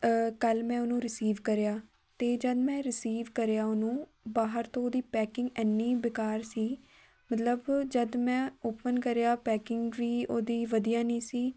ਕੱਲ੍ਹ ਮੈਂ ਉਹਨੂੰ ਰਿਸੀਵ ਕਰਿਆ ਅਤੇ ਜਦ ਮੈਂ ਰਿਸੀਵ ਕਰਿਆ ਉਹਨੂੰ ਬਾਹਰ ਤੋਂ ਉਹਦੀ ਪੈਕਿੰਗ ਐਨੀ ਬੇਕਾਰ ਸੀ ਮਤਲਬ ਜਦ ਮੈਂ ਓਪਨ ਕਰਿਆ ਪੈਕਿੰਗ ਵੀ ਉਹਦੀ ਵਧੀਆ ਨਹੀਂ ਸੀ